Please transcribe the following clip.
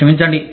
క్షమించండి